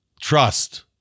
trust